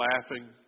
laughing